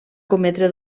cometre